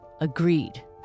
Agreed